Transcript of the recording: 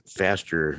faster